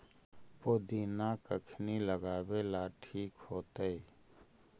पुदिना कखिनी लगावेला ठिक होतइ?